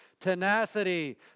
Tenacity